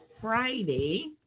Friday